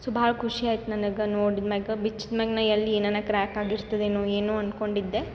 so ಭಾಳ್ ಖುಷಿ ಆಯ್ತು ನನಗೆ ನೋಡಿದ ಮ್ಯಾಗೆ ಬಿಚ್ಚಿ ನಂಗೆ ನಾ ಎಲ್ಲಿ ಏನನ ಕ್ರ್ಯಾಕ್ ಆಗಿರ್ತದೇನೋ ಏನೋ ಅನ್ಕೊಂಡಿದ್ದೆ